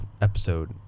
episode